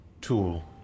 tool